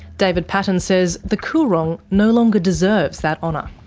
david paton says the coorong no longer deserves that honour.